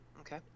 okay